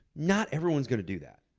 not everyone is gonna do that,